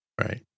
Right